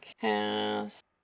cast